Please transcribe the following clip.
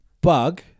bug